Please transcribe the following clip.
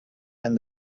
and